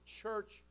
church